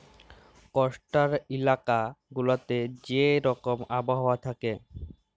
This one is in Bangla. কস্টাল ইলাকা গুলাতে যে রকম আবহাওয়া থ্যাকে